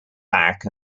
back